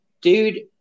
dude